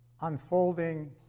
unfolding